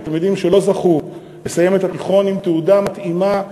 לתלמידים שלא זכו לסיים את התיכון עם תעודה מתאימה,